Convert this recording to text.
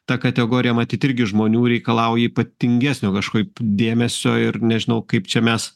ta kategorija matyt irgi žmonių reikalauja ypatingesnio kažkaip dėmesio ir nežinau kaip čia mes